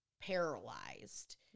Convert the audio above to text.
paralyzed